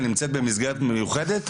היא נמצאת במסגרת מיוחדת?